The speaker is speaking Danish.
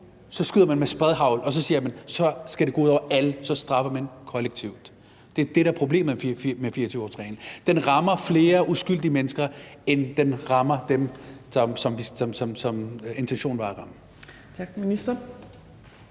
dem skyder man med spredehagl, og så siger man, at så skal det gå ud over alle – så straffer man kollektivt. Det er det, der er problemet med 24-årsreglen. Den rammer flere uskyldige mennesker, end den rammer dem, som intentionen var at ramme. Kl.